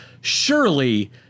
surely